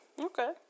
Okay